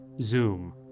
Zoom